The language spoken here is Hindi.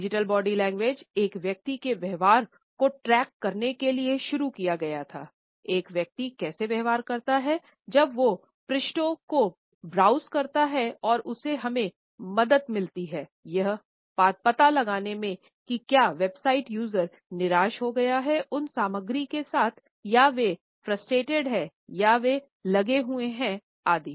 डिजिटल बॉडी लैंग्वेज एक व्यक्ति के व्यवहार को ट्रैक करने के लिए शुरू किया गया था एक व्यक्ति कैसे व्यवहार करता है जब वो पृष्ठों को ब्राउज़ करता हैं और उसे हमें मदद मिली यह पता लगाने में कि क्या वेबसाइट यूज़र निराश हो गए हैं उन सामग्री के साथ या वे फ़्रस्ट्रेटेड हैं या वे लगे हुए हैं आदि